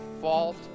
fault